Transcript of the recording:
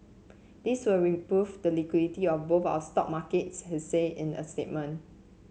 this will improve the liquidity of both our stock markets he say in a statement